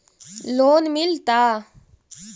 Loan मिलता?